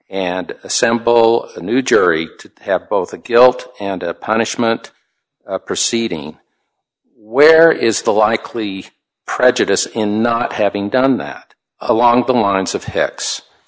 and assemble a new jury to have both a guilt and a punishment proceeding where is the likely prejudice in the not having done that along the lines of hicks